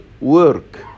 work